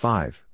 Five